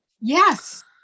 yes